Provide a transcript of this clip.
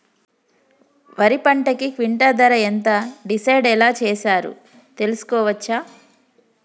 వరి పంటకు క్వింటా ధర ఎంత డిసైడ్ ఎలా చేశారు తెలుసుకోవచ్చా?